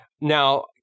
Now